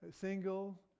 single